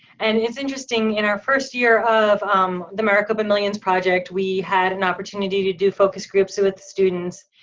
and it's interesting in our first year of um the maricopa millions project, we had an opportunity to do focus groups with students.